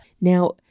Now